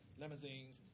limousines